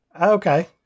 Okay